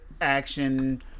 action